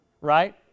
right